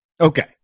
Okay